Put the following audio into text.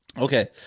Okay